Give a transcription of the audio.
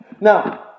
Now